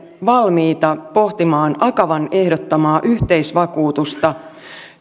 valmiita pohtimaan akavan ehdottamaa yhteisvakuutusta